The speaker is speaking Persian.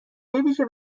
بویژه